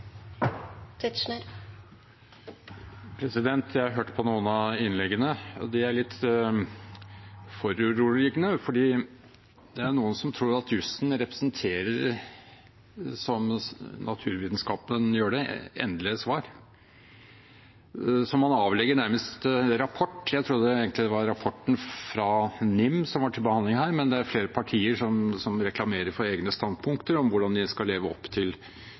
litt foruroligende, for det er noen som tror at jussen representerer, som naturvitenskapen gjør det, endelige svar. Så man avlegger nærmest rapport. Jeg trodde egentlig det var rapporten fra NIM som var til behandling her, men det er flere partier som reklamerer for egne standpunkter om hvordan de skal leve opp til